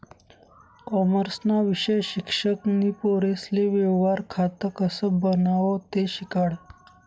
कॉमर्सना विषय शिक्षक नी पोरेसले व्यवहार खातं कसं बनावो ते शिकाडं